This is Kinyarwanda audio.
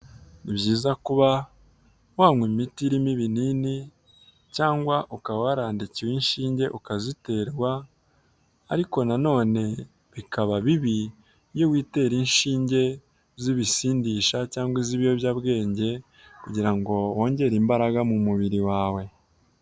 Ni byiza kuba wanywa imiti irimo ibinini cyangwa ukaba warandikiwe inshinge, ukaziterwa ariko nanone bikaba bibi, iyo witera inshinge z'ibisindisha cyangwa iz'ibiyobyabwenge kugira ngo wongere imbaraga mu mubiri wawe.